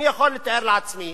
אני יכול לתאר לעצמי